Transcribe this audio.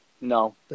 No